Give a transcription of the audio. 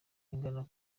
ingana